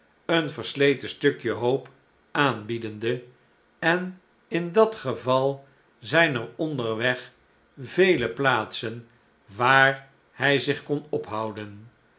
een versleten stukje hoop aanbiedende en in dat geval zijn er onderweg vele plaatsen waar hij zich kon ophouden